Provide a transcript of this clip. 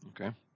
Okay